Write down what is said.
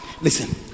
Listen